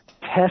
test